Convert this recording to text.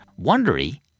Wondery